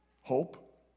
Hope